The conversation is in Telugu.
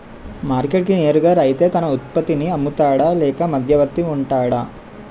మార్కెట్ కి నేరుగా రైతే తన ఉత్పత్తి నీ అమ్ముతాడ లేక మధ్యవర్తి వుంటాడా?